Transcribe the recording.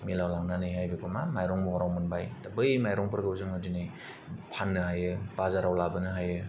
मिलाव लांनानै हाय मा बेखौ मायरं महराव मोनबाय बै मायरंफोरखौ जोङो दिनै फाननो हायो बाजाराव लाबोनो हायो